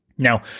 Now